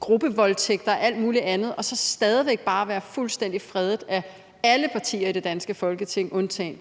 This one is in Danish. gruppevoldtægter og alt muligt andet og så stadig væk bare være fuldstændig fredet af alle partier i det danske Folketing undtagen